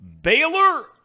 Baylor